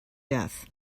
death